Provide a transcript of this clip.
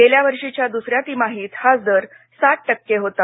गेल्या वर्षीच्या दुसऱ्या तिमाहीत हाच दर सात टक्के होता